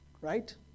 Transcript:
Right